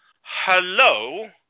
hello